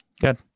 good